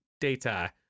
Data